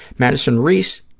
madison reese,